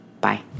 Bye